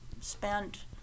spent